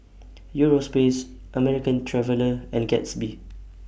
Europace American Traveller and Gatsby